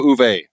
Uve